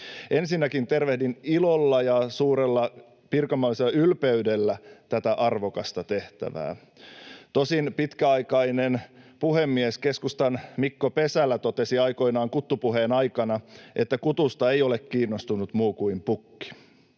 Ensinnäkin tervehdin ilolla ja suurella pirkanmaalaisella ylpeydellä tätä arvokasta tehtävää. Tosin pitkäaikainen puhemies, keskustan Mikko Pesälä totesi aikoinaan kuttupuheen aikana, että kutusta ei ole kiinnostunut muu kuin pukki.